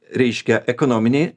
reiškia ekonominį